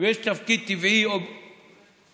ויש תפקיד טבעי לקואליציה,